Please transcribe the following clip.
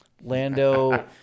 Lando